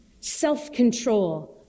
self-control